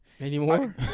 Anymore